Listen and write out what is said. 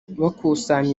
bakusanya